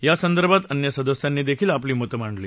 या संदर्भात अन्य सदस्यांनी देखील आपली मतं मांडली